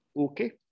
okay